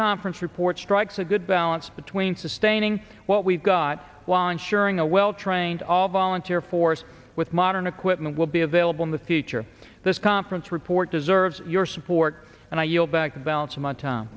conference report strikes a good balance between sustaining what we've got while ensuring a well trained all volunteer force with modern equipment will be available in the future this conference report deserves your support and i yield back the balance of my time